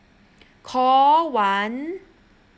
call one